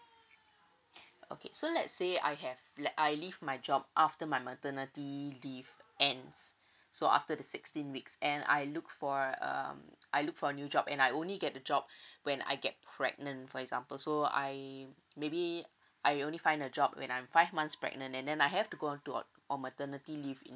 okay so let's say I have like I leave my job after my maternity leave ends so after the sixteen weeks and I look for um I look for a new job and I only get the job when I get pregnant for example so I maybe I only find the job when I'm five months pregnant and then I have to go to on maternity leave in